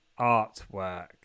Artwork